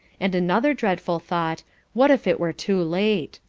and another dreadful thought what if it were too late.